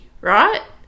right